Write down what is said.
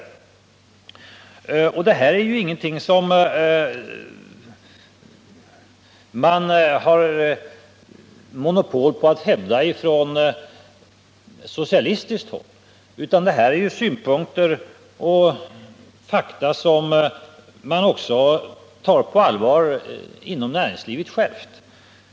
Detta är ingenting som man har monopol på att hävda från socialistiskt håll, utan detta är synpunkter och fakta som man även inom näringslivet tar på allvar.